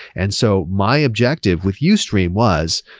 and so my objective with youstream was,